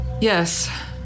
Yes